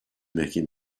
making